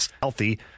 healthy